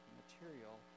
material